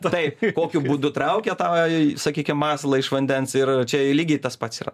taip kokiu būdu traukia tą sakykim masalą iš vandens ir čia i lygiai tas pats yra